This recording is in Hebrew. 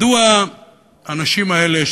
מדוע האנשים האלה,